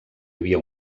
havia